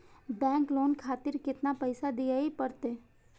Bank loan खातीर केतना पैसा दीये परतें?